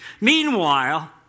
Meanwhile